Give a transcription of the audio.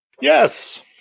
Yes